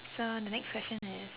so the next question is